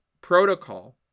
protocol